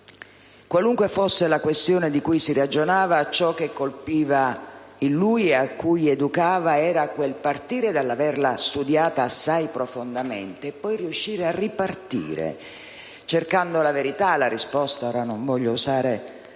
Qualunque fosse la questione di cui si ragionava, ciò che colpiva in lui e a cui educava era il partire dall'averla studiata assai profondamente, per poi riuscire a ripartire, cercando la verità, la risposta - non voglio usare